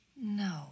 No